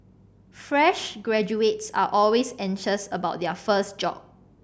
fresh graduates are always anxious about their first job